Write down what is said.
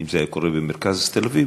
אם זה היה קורה במרכז תל-אביב,